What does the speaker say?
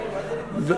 מה זה התבשרנו?